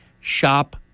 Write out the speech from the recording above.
Shop